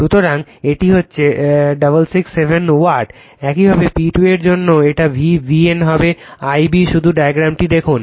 সুতরাং এটি হচ্ছে 667 ওয়াট একইভাবে P2 এর জন্য এটি VBN হবে I b শুধু ডায়াগ্রামটি দেখুন